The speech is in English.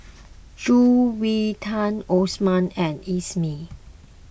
Juwita Osman and Isnin